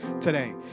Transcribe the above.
today